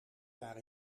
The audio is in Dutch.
jaar